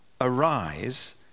arise